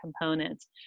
components